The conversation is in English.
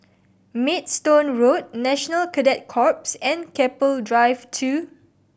Maidstone Road National Cadet Corps and Keppel Drive Two